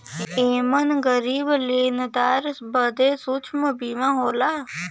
एमन गरीब लेनदार बदे सूक्ष्म बीमा होला